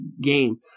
game